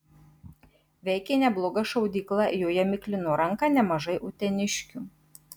veikė nebloga šaudykla joje miklino ranką nemažai uteniškių